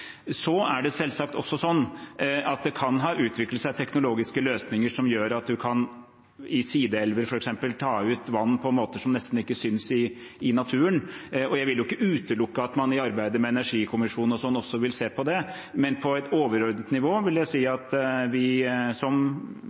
Så er det selvsagt også sånn at det kan ha utviklet seg teknologiske løsninger som gjør at man f.eks. i sideelver kan ta ut vann på måter som nesten ikke synes i naturen, og jeg vil ikke utelukke at man i arbeidet med energikommisjonen også vil se på det, men på et overordnet nivå vil jeg si